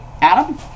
Adam